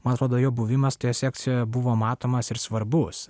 man atrodo jo buvimas toje sekcijoje buvo matomas ir svarbus